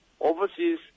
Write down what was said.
overseas